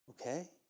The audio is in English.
Okay